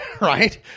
Right